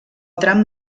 tram